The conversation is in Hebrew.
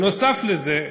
נוסף על זה,